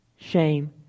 shame